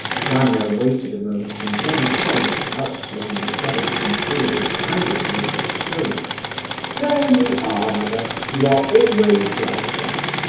gania waited a moment and then said, without taking the trouble to conceal the irony of his tone there you are, mother, you are always like that.